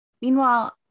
Meanwhile